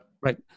Right